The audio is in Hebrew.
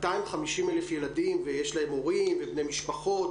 250 אלף ילדים, ויש להם הורים ובני משפחות,